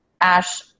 Ash